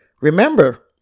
Remember